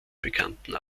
bekannten